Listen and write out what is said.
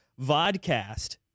vodcast